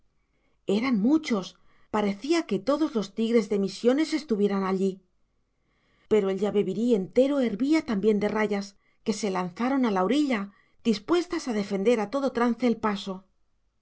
eran muchos parecía que todos los tigres de misiones estuvieran allí pero el yabebirí entero hervía también de rayas que se lanzaron a la orilla dispuestas a defender a todo trance el paso